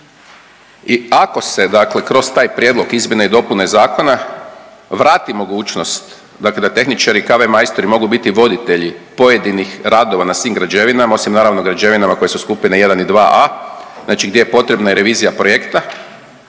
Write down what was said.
I ako se dakle kroz taj prijedlog izmjena i dopuna zakona vrati mogućnost dakle da tehničari i KV majstori mogu biti voditelji pojedinih radova na svim građevinama osim naravno građevinama koje su skupine 1 i 2A znači gdje je potrebna i revizija projekat,